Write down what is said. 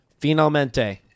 Finalmente